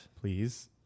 please